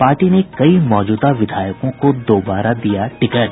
party ने कई मौजूदा विधायकों को दोबारा दिया टिकट